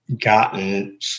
gotten